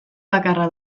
bakarra